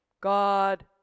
God